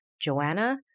Joanna